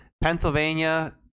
Pennsylvania